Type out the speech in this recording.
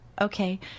Okay